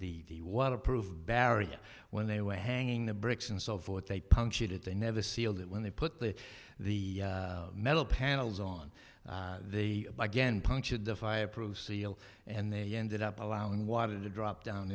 fire the waterproof barrier when they were hanging the bricks and so forth they punctured it they never sealed it when they put the metal panels on the again punctured the fireproof seal and they ended up allowing water to drop down